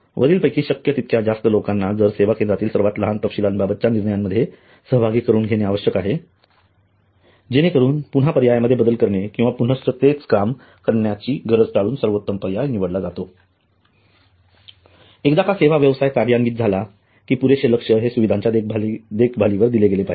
वरील पैकी शक्य तितक्या जास्त लोकांना जर सेवा केंद्रातील सर्वात लहान तपशीलांबाबतच्या निर्णयांमध्ये सहभागी करून घेणे आवश्यक आहे जेणेकरून पुन्हा पर्यायांमध्ये बदल करने किंवा पुनःच तेच काम करण्याची गरज टाळून सर्वोत्तम पर्याय निवडला जातो एकदा का सेवा व्यवसाय कार्यान्वित झाला कि पुरेशे लक्ष हे सुविधांच्या देखभालीवर दिले गेले पाहिजे